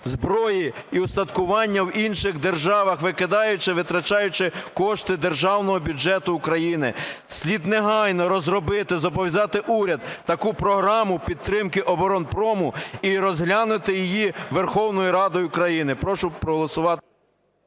зброї і устаткування в інших державах, викидаючи, витрачаючи кошти державного бюджету України. Слід негайно розробити, зобов'язати уряд, таку програму підтримки оборонпрому і розглянути її Верховною Радою України. Прошу проголосувати...